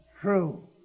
true